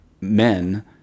men